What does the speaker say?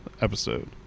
episode